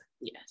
Yes